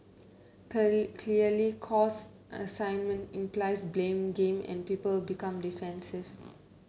clear clearly cause assignment implies blame game and people become defensive